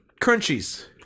crunchies